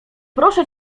proszę